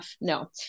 No